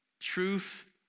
truth